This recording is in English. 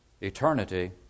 Eternity